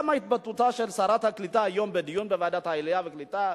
גם התבטאותה של שרת הקליטה היום בדיון בוועדת העלייה והקליטה,